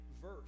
verse